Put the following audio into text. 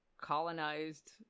colonized